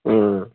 हँ